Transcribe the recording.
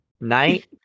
night